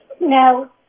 No